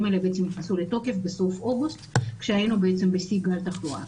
האלה נכנסו לתוקף בסוף אוגוסט כשהיינו בשיא גל תחלואה.